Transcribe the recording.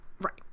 right